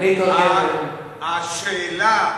דיברנו כרגע על מה המשמעות,